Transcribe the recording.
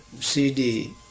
CD